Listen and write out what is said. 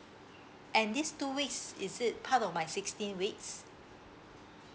and these two weeks is it part of my sixteen weeks